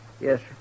Yes